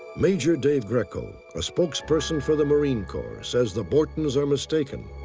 major dave greco, a spokesperson for the marine corps, says the bortons are mistaken.